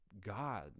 God